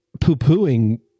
poo-pooing